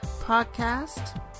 podcast